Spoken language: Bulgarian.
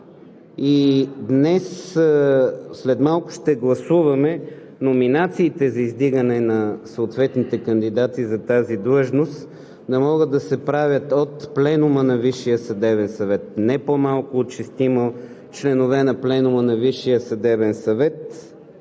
връзка. След малко ще гласуваме номинациите за издигане на съответните кандидати за тази длъжност да могат да се правят от Пленума на Висшия съдебен съвет – не по-малко от шестима членове на Пленума на